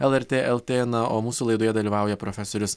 lrt lt na o mūsų laidoje dalyvauja profesorius